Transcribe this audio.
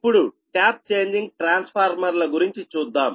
ఇప్పుడు tap changing ట్రాన్స్ఫార్మర్ల గురించి చూద్దాం